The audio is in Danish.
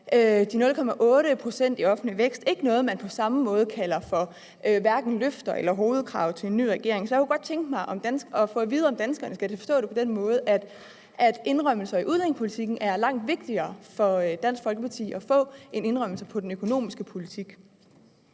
de 0,8 pct. i offentlig vækst ikke noget, man på samme måde kalder for hverken løfter eller hovedkrav til en ny regering, så jeg kunne godt tænke mig at få at vide, om danskerne skal forstå det på den måde, at indrømmelser i udlændingepolitikken er langt vigtigere for Dansk Folkeparti at få end indrømmelser på den økonomiske politik.